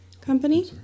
company